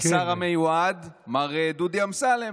השר המיועד, מר דודי אמסלם.